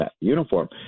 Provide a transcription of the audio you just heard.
uniform